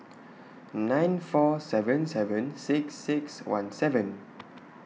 nine four seven seven six six one seven